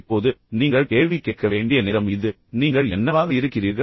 இப்போது நீங்கள் கேள்வி கேட்க வேண்டிய நேரம் இது நீங்கள் என்னவாக இருக்கிறீர்கள்